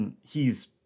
He's